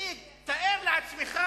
תאר לעצמך